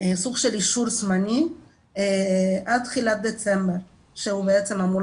סוג של אישור זמני עד תחילת דצמבר, שהוא בעצם אמור